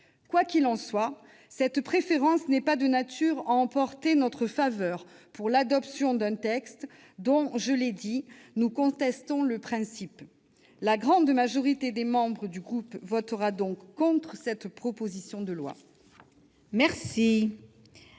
Quoi qu'il en soit, cette préférence n'est pas de nature à emporter notre faveur pour l'adoption d'un texte dont- je l'ai dit -nous contestons le principe. La grande majorité des membres du groupe auquel j'appartiens voteront donc contre cette proposition de loi.